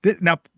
now